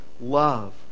love